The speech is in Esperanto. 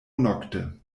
nokte